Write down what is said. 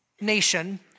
nation